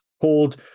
called